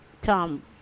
Tom